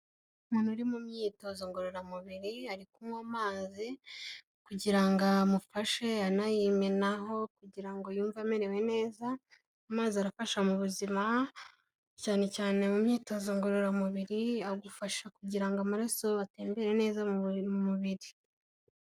Umuntu uri mu myitozo ngororamubiri ari kunywa amazi kugira ngo amufashe, anayimenaho kugira ngo yumve amerewe neza, amazi arafasha mu buzima cyane cyane mu myitozo ngororamubiri agufasha kugira ngo amaraso atembere neza mu mubiri.